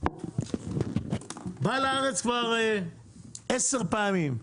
באה לארץ כבר 10 פעמים.